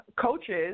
Coaches